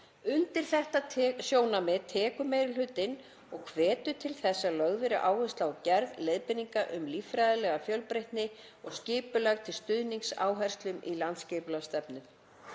Undir þetta sjónarmið tekur meiri hlutinn og hvetur til þess að lögð verði áhersla á gerð leiðbeininga um líffræðilega fjölbreytni og skipulag til stuðnings áherslum í landsskipulagsstefnu.